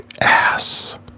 ass